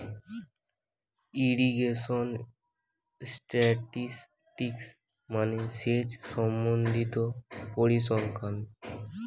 irrigation statistics মানে সেচ সম্বন্ধিত পরিসংখ্যান